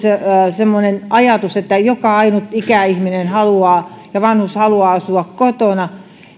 semmoinen ajatus että joka ainut ikäihminen ja vanhus haluaa asua kotona